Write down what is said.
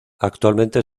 actualmente